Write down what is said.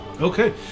Okay